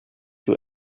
been